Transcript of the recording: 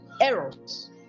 errors